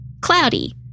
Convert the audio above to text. cloudy